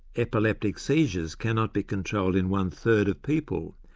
epileptic seizures cannot be controlled in one third of people,